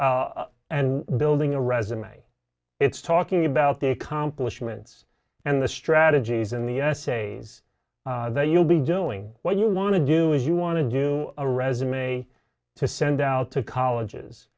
polishing and building a resume it's talking about the accomplishments and the strategies in the essays that you'll be doing what you want to do is you want to do a resume to send out to colleges